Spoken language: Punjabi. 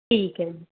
ਠੀਕ ਹੈ ਜੀ